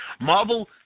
Marvel